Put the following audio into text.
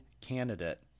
candidate